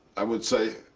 i would say,